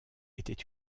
était